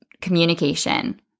communication